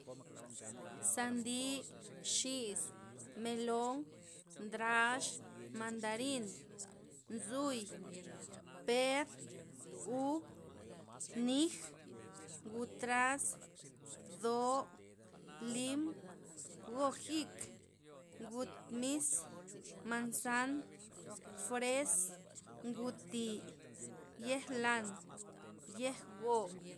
Sandi xi's melon ndrax mandarin nzui per ub nij ngud traz bdo lim go jik ngud nis manzan fres ngud thi yej lan yej goo